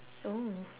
oh